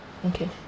okay